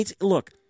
Look